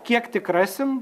kiek tik rasim